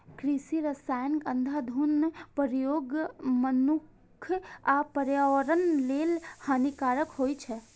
कृषि रसायनक अंधाधुंध प्रयोग मनुक्ख आ पर्यावरण लेल हानिकारक होइ छै